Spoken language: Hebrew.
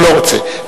לא רוצה.